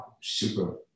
super